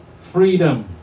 freedom